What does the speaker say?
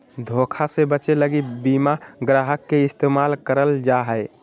धोखा से बचे लगी बीमा ग्राहक के इस्तेमाल करल जा हय